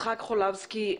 יצחק חולבסקי,